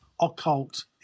occult